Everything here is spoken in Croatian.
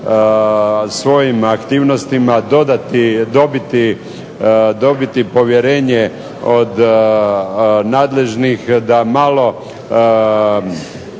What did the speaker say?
svojim aktivnostima dobiti povjerenje od nadležnih da malo